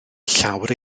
llawr